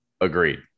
agreed